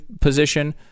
position